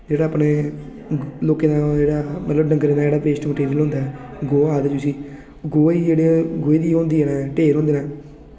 जेह्का अपने लोकें जेह्ड़ा मतलब डंगरें दा जेह्ड़ा वेस्ट मेटीरियल होंदा ऐ गोहा आखदे उसगी गोहे दे जेह्ड़े गोहे दे ढेर होंदे न